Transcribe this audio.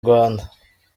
rwanda